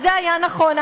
אז זה היה נכון.